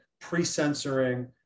pre-censoring